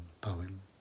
poem